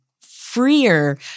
freer